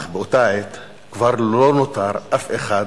אך באותה עת כבר לא נותר אף אחד